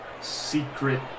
secret